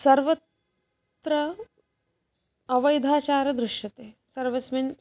सर्वत्र अवैधाचारः दृश्यते सर्वस्मिन्